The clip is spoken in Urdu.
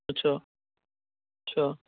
اچھا اچھا